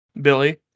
Billy